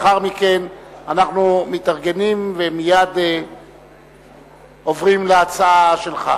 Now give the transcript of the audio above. ומייד לאחר מכן אנחנו מתארגנים ומייד עוברים להצעה שלך,